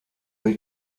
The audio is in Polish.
mój